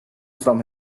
from